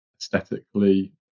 Aesthetically